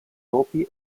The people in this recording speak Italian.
topi